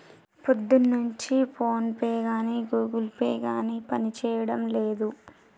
పొద్దున్నుంచి ఫోన్పే గానీ Google pay గానీ పనిజేయడం లేదు